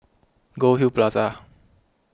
Goldhill Plaza